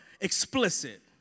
explicit